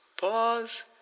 Pause